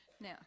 now